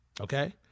Okay